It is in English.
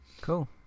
Cool